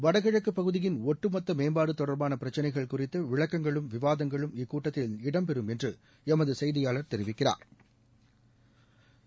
வடகிழக்கு பகுதியின் ஒட்டுமொத்த மேம்பாடு தொடர்பான பிரச்னைகள் குறித்து விளக்கங்களும் விவாதங்களும் இக்கூட்டத்தில் இடம்பெறும் என்று எமது செய்தியாளா் தெரிவிக்கிறாா்